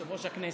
יושב-ראש הכנסת.